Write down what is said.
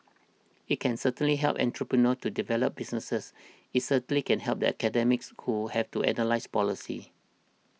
it can certainly help entrepreneurs to develop businesses it certainly can help the academics who have to analyse policy